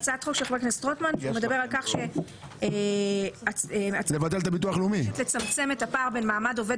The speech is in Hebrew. הצעת החוק של חבר הכנסת רוטמן מדברת על לצמצם את הפער בין מעמד עובד